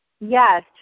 Yes